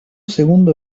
segundo